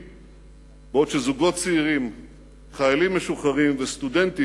ריבלין: חבר הכנסת טלב אלסאנע,